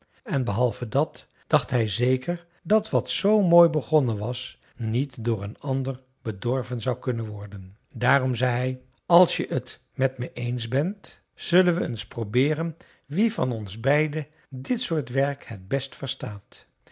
en behalve dat dacht hij zeker dat wat zoo mooi begonnen was niet door een ander bedorven zou kunnen worden daarom zei hij als je t met me eens bent zullen we eens probeeren wie van ons beiden dit soort werk het best verstaat